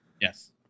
yes